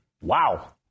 Wow